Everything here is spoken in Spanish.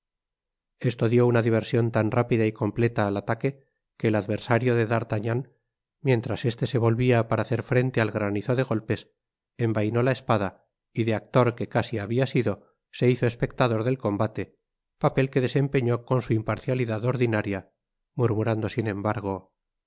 esto dió una diversion tan rápida y completa al ataque que el adversario de d'artagnan mientras este se volvía para hacer frente al granizo de golpes envainó la espada y de actor que casi habia sido se hizo espectador del combate papel que desempeñó con su imparcialidad ordinaria murmurando sin embargo